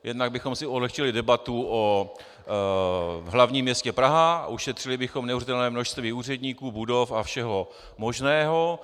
Jednak bychom si ulehčili debatu o hlavním městě Praha a ušetřili bychom neuvěřitelné množství úředníků, budov a všeho možného.